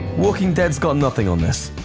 walking dead's got and nothing on this,